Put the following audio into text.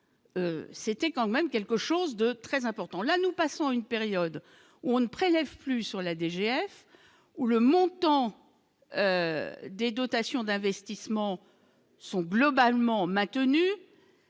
c'était quand même quelque chose de très important, là nous passons à une période où on ne prélève plus sur la DGF ou le montant des dotations d'investissements sont globalement maintenu